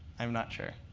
i'm not sure.